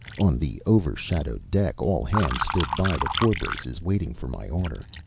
on the over-shadowed deck all hands stood by the forebraces waiting for my order.